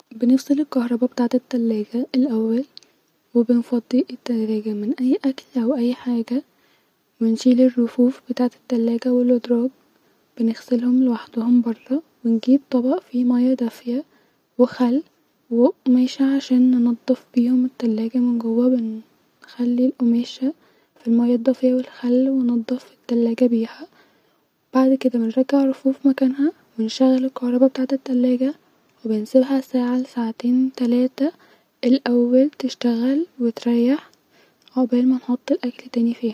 بنفصل الكهربا بتاعت التلاجه الاول-وبنفضي التلاجه من اي اكل او اي حاجه ونشيل الرفوف بتاعت التلاجه والدراج-بنغسلهم لوحدهم برا ونجيب طبق فيه ميه دافيه وخل-وقماشه- عشان ننضف بيهم التلاجه من جوا-بن-خلي القماشه في المايه الدافيه والخل وانضف التلاجه بيها بعد كده بنرجع الرفوف مكانها-ونشغل الكهربا بتاعت التلاجه ونسيبه-ساعه لساعتين تلاته الاول تشتغل وتريح-عقبال ما نحط الاكل تاني*فيها